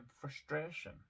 Frustration